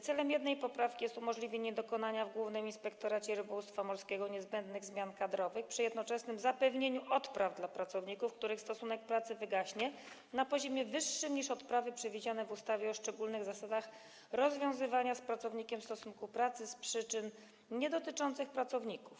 Celem pierwszej poprawki jest umożliwienie dokonania w Głównym Inspektoracie Rybołówstwa Morskiego niezbędnych zmian kadrowych przy jednoczesnym zapewnieniu odpraw dla pracowników, których stosunek pracy wygaśnie, na poziome wyższym niż odprawy przewidziane w ustawie o szczególnych zasadach rozwiązywania z pracownikiem stosunku pracy z przyczyn niedotyczących pracowników.